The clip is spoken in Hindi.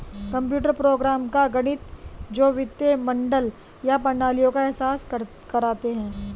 कंप्यूटर प्रोग्राम का गणित जो वित्तीय मॉडल या प्रणालियों का एहसास करते हैं